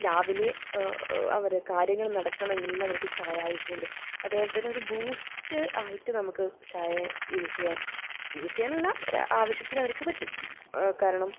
രാവിലെ അവരുടെ കാര്യങ്ങൾ നടക്കണമെങ്കിൽ അവർക്ക് ചായ ആവശ്യമുണ്ട് അതുപോലെ തന്നെ ഒരു ബൂസ്റ്റ് ആയിട്ട് നമുക്ക് ചായയെ യൂസ് ചെയ്യാം യൂസ് ചെയ്യാനല്ല ഒരു ആവശ്യത്തിന് അവർക്ക് പറ്റും കാരണം